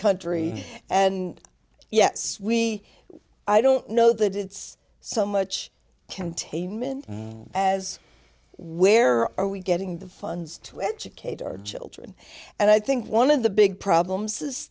country and yes we i don't know that it's so much containment as where are we getting the funds to educate our children and i think one of the big problems is